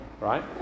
right